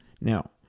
Now